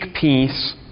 peace